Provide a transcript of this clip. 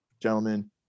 Gentlemen